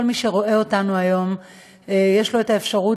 כל מי שרואה אותנו היום יש לו אפשרות